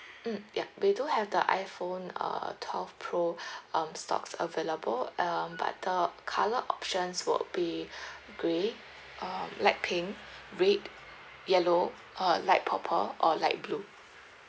mm yup we do have the iPhone uh twelve pro um stocks available um but the colour options would be gray uh light pink red yellow uh light purple or light blue